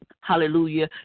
hallelujah